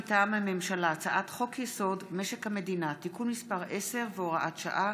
מטעם הממשלה: הצעת חוק-יסוד: משק המדינה (תיקון מס' 10 והוראת שעה